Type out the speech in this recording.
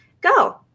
go